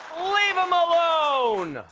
leave him alone!